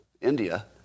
India